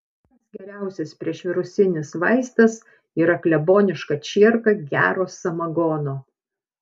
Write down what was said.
pats geriausias priešvirusinis vaistas yra kleboniška čierka gero samagono